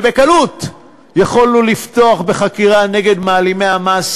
ובקלות יכולנו לפתוח בחקירה נגד מעלימי המס